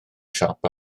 siop